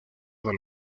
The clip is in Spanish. del